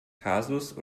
kasus